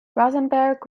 rosenberg